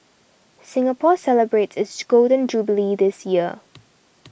Singapore celebrates its Golden Jubilee this year